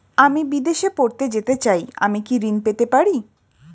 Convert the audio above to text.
আমি বিদেশে পড়তে যেতে চাই আমি কি ঋণ পেতে পারি?